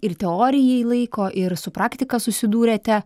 ir teorijai laiko ir su praktika susidūrėte